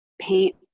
paint